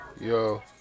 yo